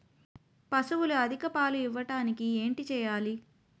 పశువులు అధిక పాలు ఇవ్వడానికి ఏంటి చేయాలి